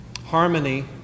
Harmony